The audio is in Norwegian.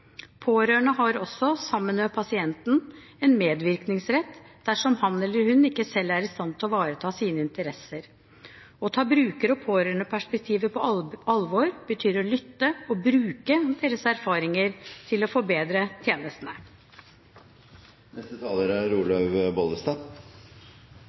Pårørende har også, sammen med pasienten, en medvirkningsrett dersom han eller hun ikke selv er i stand til å ivareta sine interesser. Å ta bruker- og pårørendeperspektivet på alvor betyr å lytte og bruke deres erfaringer til å forbedre tjenestene.